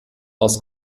aus